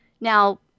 Now